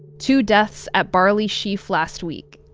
two deaths at barley sheaf last week.